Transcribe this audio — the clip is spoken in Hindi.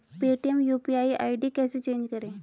पेटीएम यू.पी.आई आई.डी कैसे चेंज करें?